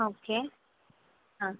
okay ஆ